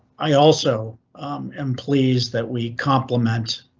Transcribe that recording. i also am pleased that we compliment.